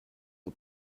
aux